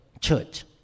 church